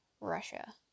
Russia